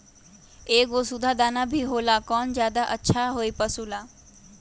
एगो सुधा दाना भी होला कौन ज्यादा अच्छा होई पशु ला?